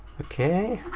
okay?